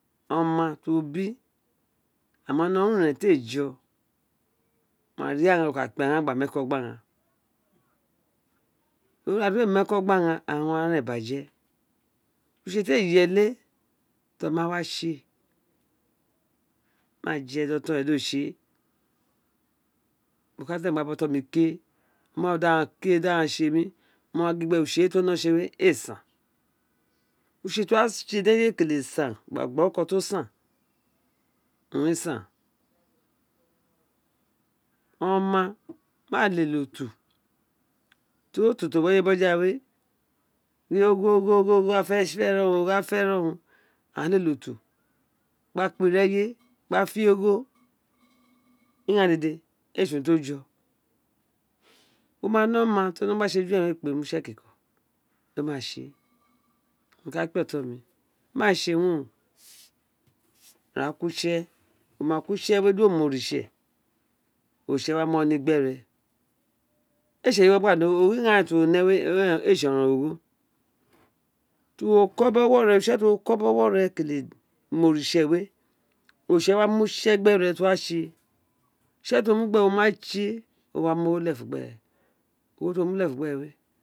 Oma ti uwo bia ma nọ run ren tr a fo wo ma ri da wo ka kpe aghaan di uwo mi eko gbi aghan to ri ira ti uwo we ma ẹkọ gbi aghan aqhan wa ren biaje utse ti a yele ti oma wa tsi ēē ma jedi ọtọn re do tsi ēē reo ka de br ọtọn mi ke oma wu dr aghan ke di a tse mi mo wa gin gbe use we san utse tr uwo wa tse di eye kete san gba gbi oruke tosaa wun re san oma ma lele otu tori otu tr o wi eye boja we gin ogho ogho owun aghan fe̱ fe̱ ogho a feren oô gba lele otu gba kpi ireye gba fi ogho ighassa dede ee tsi urun tr o jo wo ma ni oma to o nọ gba tse we̱re̱ wo ka gbe ni ekikon do ma tse mo ka kpe o̱tọn mi ma tse wuno ra ko utse wo ma ko utse we gere do ma oritse oritse wa mi ewo ni gberen ee tsi were owun a gba ni ogho ighaan eren tr o ne ee tsi ọrọn ron ogho ti uwo ko gbi ewo re utse ti uwo ko gbi ewo re kele mi oritse we oritse wa mi utse gbere ti wo wa tse utse tr ounu mu gbere wo ma tse o wa mi ogho lefun gbere ogho tr o mu refun gbere we